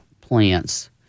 plants